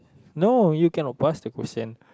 no you cannot pass the question